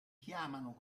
chiamano